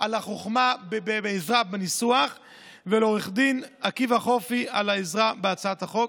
על החוכמה והעזרה בניסוח ולעו"ד עקיבא חופי על העזרה בהצעת החוק.